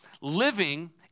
living